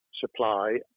supply